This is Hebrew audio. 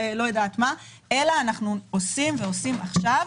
אלא אנחנו עושים עכשיו.